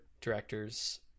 directors